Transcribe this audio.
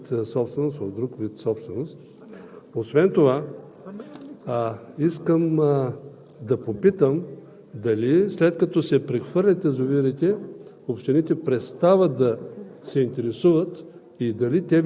за прехвърляне на язовирите от един вид собственост в друг вид собственост. Освен това искам да попитам: дали, след като се прехвърлят язовирите,